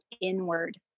inward